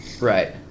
Right